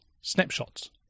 snapshots